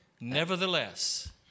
nevertheless